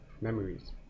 memories